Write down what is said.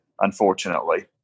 unfortunately